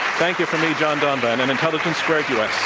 thank you from me, john donvan, and intelligence squared u.